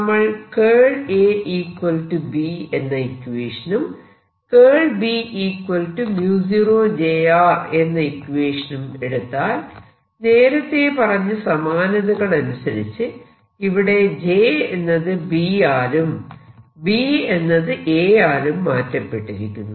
നമ്മൾ AB എന്ന ഇക്വേഷനും B 0 j എന്ന ഇക്വേഷനും എടുത്താൽ നേരത്തെ പറഞ്ഞ സമാനതകൾ അനുസരിച്ച് ഇവിടെ j എന്നത് B യാലും B എന്നത് A യാലും മാറ്റപ്പെട്ടിരിക്കുന്നു